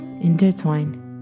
intertwine